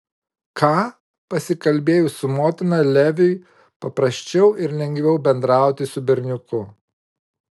ką pasikalbėjus su motina leviui paprasčiau ir lengviau bendrauti su berniuku